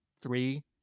three